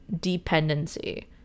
dependency